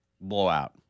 blowout